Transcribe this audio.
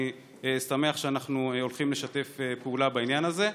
ואני שמח שאנחנו הולכים לשתף פעולה בעניין הזה.